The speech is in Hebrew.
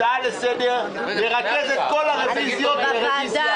הצעה לסדר: לרכז את כל הרוויזיות לרוויזיה אחת.